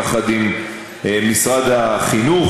יחד עם משרד החינוך,